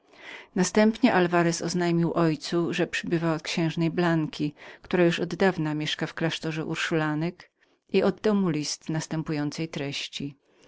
następnie alwarez oznajmił że przybywał od księżny blanki velasquez która oddawna zamieszkiwała klasztor urszulinek i oddał mu list następującej treści